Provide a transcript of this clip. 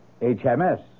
HMS